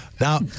Now